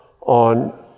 on